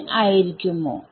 nആയിരിക്കുമോ